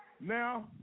Now